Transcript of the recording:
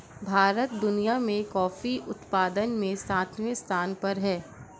भारत दुनिया में कॉफी उत्पादन में सातवें स्थान पर है